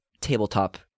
tabletop